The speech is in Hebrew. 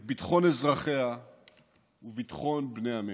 את ביטחון אזרחיה ואת ביטחון בני עמנו.